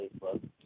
Facebook